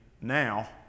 now